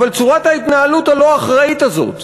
אבל צורת ההתנהלות הלא-אחראית הזאת,